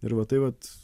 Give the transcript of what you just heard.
ir va taip vat